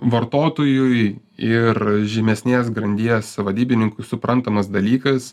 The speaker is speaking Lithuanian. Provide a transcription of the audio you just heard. vartotojui ir žemesnės grandies vadybininkui suprantamas dalykas